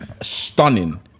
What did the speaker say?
stunning